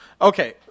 Okay